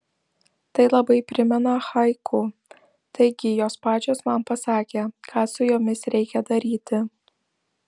tai labai primena haiku taigi jos pačios man pasakė ką su jomis reikia daryti